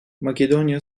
makedonya